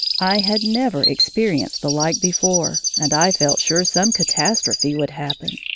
i had never experienced the like before, and i felt sure some catastrophe would happen.